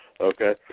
Okay